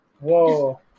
Whoa